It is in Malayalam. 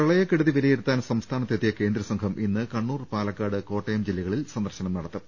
പ്രളയക്കെടുതി വിലയിരുത്താൻ സംസ്ഥാനത്തെ ത്തിയ കേന്ദ്രസംഘം ഇന്ന് കണ്ണൂർ പാലക്കാട് കോട്ടയം ജില്ലകളിൽ സന്ദർശനം നടത്തും